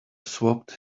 swapped